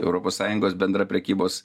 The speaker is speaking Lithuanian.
europos sąjungos bendra prekybos